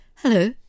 Hello